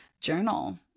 Journal